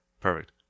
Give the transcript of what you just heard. Perfect